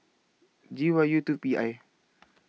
G Y U two P I